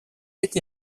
été